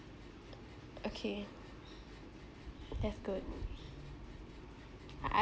okay that's good I I